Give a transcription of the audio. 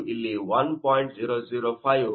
005 1